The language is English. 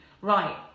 right